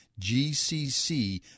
GCC